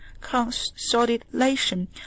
consolidation